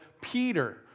Peter